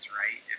right